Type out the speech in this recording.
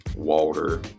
Walter